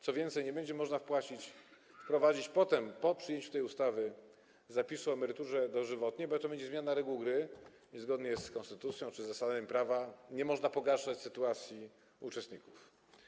Co więcej, nie będzie można wprowadzić potem, po przyjęciu tej ustawy, zapisu o emeryturze dożywotniej, bo to będzie zmiana reguł gry i zgodnie z konstytucją czy zasadami prawa nie można pogarszać sytuacji uczestników.